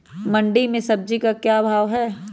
मंडी में सब्जी का क्या भाव हैँ?